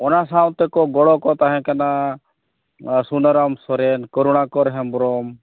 ᱚᱱᱟ ᱥᱟᱶᱛᱮᱠᱚ ᱜᱚᱲᱚᱠᱚ ᱛᱟᱦᱮᱸᱠᱟᱱᱟ ᱥᱩᱱᱟᱨᱟᱢ ᱥᱚᱨᱮᱱ ᱠᱚᱨᱩᱲᱟᱠᱚᱨ ᱦᱮᱢᱵᱨᱚᱢ